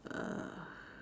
err